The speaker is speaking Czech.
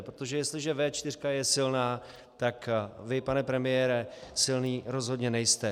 Protože jestliže V4 je silná, tak vy, pane premiére, silný rozhodně nejste.